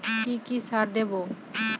কি কি সার দেবো?